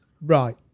Right